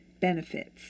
benefits